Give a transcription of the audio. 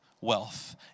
wealth